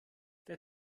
der